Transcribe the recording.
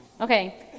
Okay